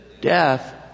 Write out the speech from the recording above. death